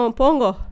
pongo